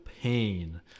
pain